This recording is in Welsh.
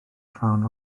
rhan